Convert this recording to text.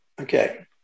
Okay